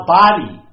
body